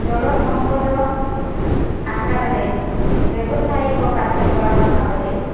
ଜଳ ସମ୍ପଦ ଆକାରରେ ବ୍ୟବସାୟିକ କାର୍ଯ୍ୟକଳାପ ଭାବରେ